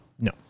No